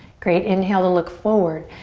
great, inhale to look forward.